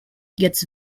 gets